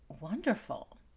wonderful